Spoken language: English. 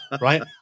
right